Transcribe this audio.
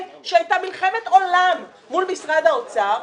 שהייתה מלחמת עולם מול משרד האוצר?